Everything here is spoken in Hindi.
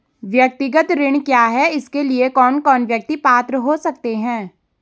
व्यक्तिगत ऋण क्या है इसके लिए कौन कौन व्यक्ति पात्र हो सकते हैं?